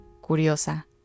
curiosa